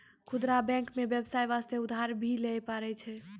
खुदरा बैंक मे बेबसाय बास्ते उधर भी लै पारै छै